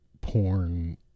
porn